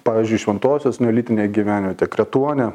pavyzdžiui šventosios neolitinė gyvenvietė kretuone